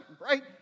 right